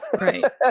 right